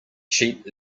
cheap